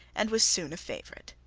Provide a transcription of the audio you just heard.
and was soon a favourite.